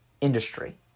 industry